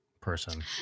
person